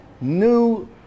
new